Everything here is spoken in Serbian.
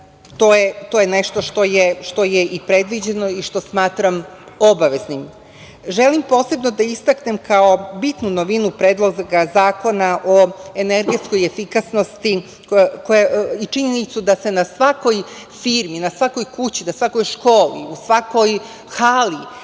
to je nešto što je i predviđeno i što smatram obaveznim. Želim posebno da istaknem, kao bitnu novinu Predloga zakona o energetskoj efikasnosti i činjenicu da se na svakoj firmi, na svakoj kući, na svakoj školi, u svakoj hali